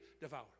devour